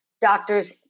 doctors